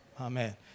Amen